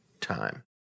time